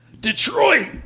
Detroit